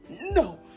no